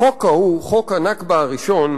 החוק ההוא, חוק ה"נכבה" הראשון,